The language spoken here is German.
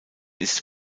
ist